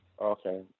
Okay